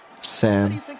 Sam